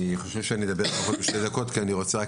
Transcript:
אני חושב שאני אדבר פחות משתי דקות כי אני רוצה רק